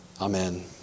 Amen